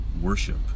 worship